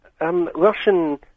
Russian